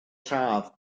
lladd